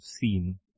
scene